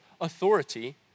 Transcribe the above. authority